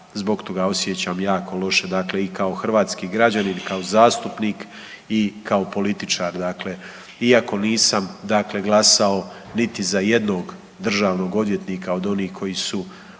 zbog toga osjećam jako loše i kao hrvatski građanin, kao zastupnik i kao političar. Iako nisam glasao niti za jednog državnog odvjetnika od onih koji su